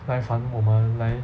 来烦我们来